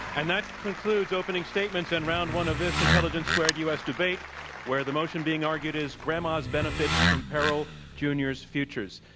and that concludes opening statements and round one of this intelligence squared u. s. debate where the motion being argued is grandma's benefits imperil junior's futures.